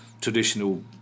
traditional